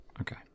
Okay